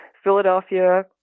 Philadelphia